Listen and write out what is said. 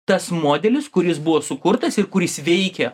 tas modelis kuris buvo sukurtas ir kuris veikia